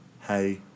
Hey